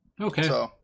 Okay